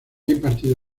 impartido